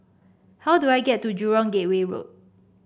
how do I get to Jurong Gateway Road